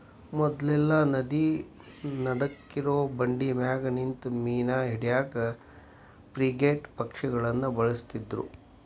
ಮೊದ್ಲೆಲ್ಲಾ ನದಿ ನಡಕ್ಕಿರೋ ಬಂಡಿಮ್ಯಾಲೆ ನಿಂತು ಮೇನಾ ಹಿಡ್ಯಾಕ ಫ್ರಿಗೇಟ್ ಪಕ್ಷಿಗಳನ್ನ ಬಳಸ್ತಿದ್ರು